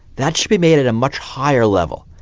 that should be made at a much higher level,